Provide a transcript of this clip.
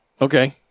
Okay